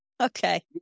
Okay